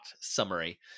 summary